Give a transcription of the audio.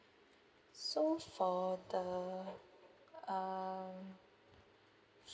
so for the um